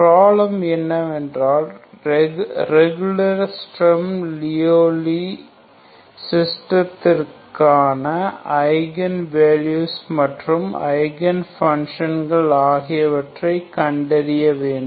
problem என்னவென்றால் regular Sturm Liouville சிஸ்டத்திற்கான eigen values மற்றும் ஐகன் ஃபன்ஷன்கள் ஆகியவற்றை கண்டறிய வேண்டும்